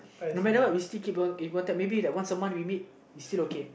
no matter what we still keep in contact maybe like once a month we meet it's still okay